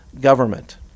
government